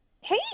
hey